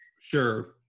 Sure